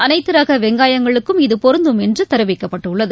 அனைத்து ரக வெங்காயங்களுக்கும் இது பொருந்தும் என்று தெரிவிக்கப்பட்டுள்ளது